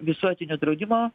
visuotinio draudimo